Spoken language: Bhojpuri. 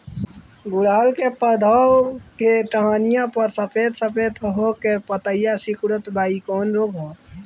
गुड़हल के पधौ के टहनियाँ पर सफेद सफेद हो के पतईया सुकुड़त बा इ कवन रोग ह?